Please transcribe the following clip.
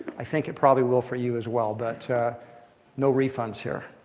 i think it probably will for you as well. but no refunds here.